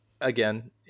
again